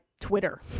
Twitter